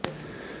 Hvala